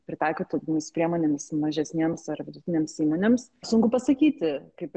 pritaikytomis priemonėmis mažesnėms ar vidutinėms įmonėms sunku pasakyti kaip ir